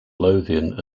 lothian